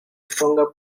stronger